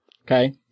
Okay